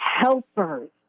helpers